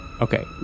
Okay